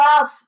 love